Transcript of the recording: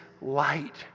light